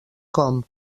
com